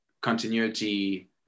continuity